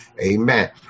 Amen